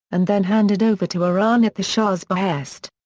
and then handed over to iran at the shah's behest.